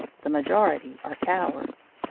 the majority are cowards.